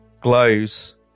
glows